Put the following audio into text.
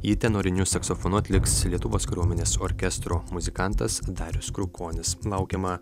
jį tenoriniu saksofonu atliks lietuvos kariuomenės orkestro muzikantas darius krukonis laukiama